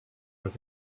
look